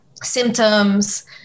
symptoms